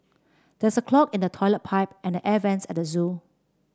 there is a clog in the toilet pipe and the air vents at the zoo